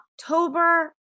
October